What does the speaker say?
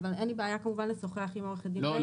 אבל אין לי בעיה כמובן לשוחח עם עורכת הדין ביילין.